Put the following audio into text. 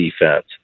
defense